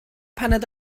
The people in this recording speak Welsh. paned